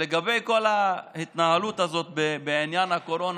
לגבי כל ההתנהלות הזו בעניין הקורונה,